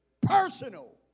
Personal